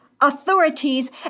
authorities